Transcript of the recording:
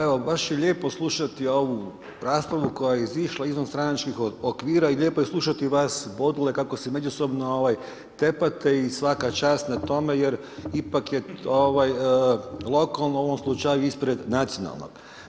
Evo baš je lijepo slušati ovu raspravu koja je izišla izvan stranačkih okvira i lijepo je slušati vas bodule kako si međusobno tepate i svaka čast na tome jer ipak je lokalno u ovom slučaju ispred nacionalnog.